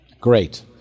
Great